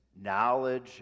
knowledge